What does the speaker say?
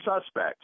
suspects